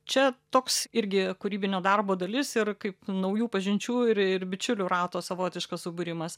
čia toks irgi kūrybinio darbo dalis ir kaip naujų pažinčių ir ir bičiulių rato savotiškas subūrimas